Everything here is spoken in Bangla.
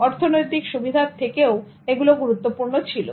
অর্থনৈতিক সুবিধার থেকেও এগুলো গুরুত্বপূর্ণ ছিল